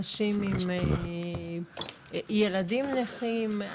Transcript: אנשים עם ילדים נכים,